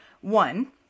one